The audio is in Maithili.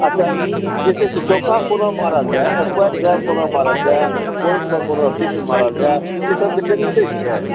अच्छा जे छै से चौका कोना मारल जाए स्क्वैर ड्राइव केना मारल जाए पॉइन्ट पर कोना सिक्स मारल जाए ई सभकेँ ट्रेनिंग दै छियै